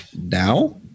Now